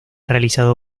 realizado